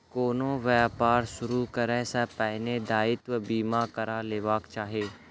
कोनो व्यापार शुरू करै सॅ पहिने दायित्व बीमा करा लेबाक चाही